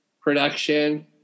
production